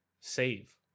save